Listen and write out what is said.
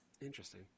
Interesting